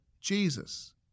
Jesus